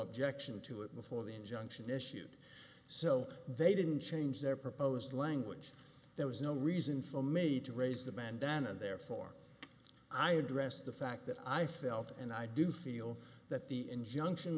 objection to it before the injunction issued so they didn't change their proposed language there was no reason for me to raise the bandanna and therefore i address the fact that i felt and i do feel that the injunction